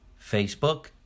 Facebook